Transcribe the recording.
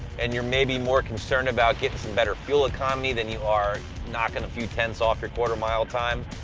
and you're maybe more concerned about getting better fuel economy than you are knocking a few tenths off your quarter mile time,